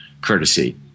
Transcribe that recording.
courtesy